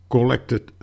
Collected